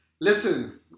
listen